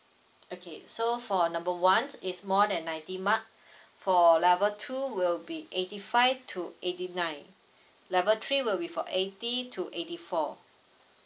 okay so for number one is more than ninety mark for level two will be eighty five to eighty nine level three will be for eighty to eighty four